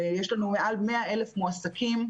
יש לנו מעל 100,000 מועסקים.